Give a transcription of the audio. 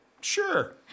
Sure